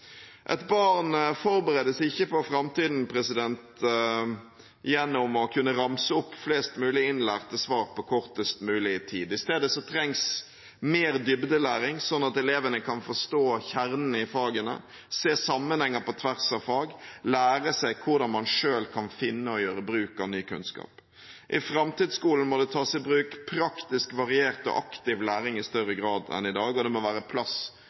Et barn forbereder seg ikke på framtiden gjennom å kunne ramse opp flest mulig innlærte svar på kortest mulig tid. I stedet trengs mer dybdelæring, sånn at elevene kan forstå kjernen i fagene, se sammenhenger på tvers av fag, og lære seg hvordan man selv kan finne og gjøre bruk av ny kunnskap. I framtidsskolen må det tas i bruk praktisk variert og aktiv læring i større grad enn i dag, og det må være plass